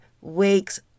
wakes